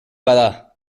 bada